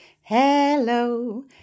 hello